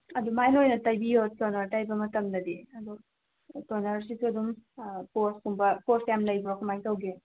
ꯑꯗꯨꯃꯥꯏꯅ ꯑꯣꯏꯅ ꯇꯩꯕꯤꯌꯣ ꯇꯣꯅꯔ ꯇꯩꯕ ꯃꯇꯝꯗꯗꯤ ꯑꯗꯣ ꯇꯣꯅꯔꯁꯤꯁꯨ ꯑꯗꯨꯝ ꯄꯣꯔꯁ ꯀꯨꯝꯕ ꯄꯣꯔꯁ ꯌꯥꯝ ꯂꯩꯕ꯭ꯔꯣ ꯀꯃꯥꯏꯅ ꯇꯧꯒꯦ